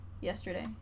yesterday